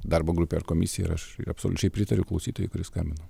darbo grupė ar komisija ir aš absoliučiai pritariu klausytojai kuri skambino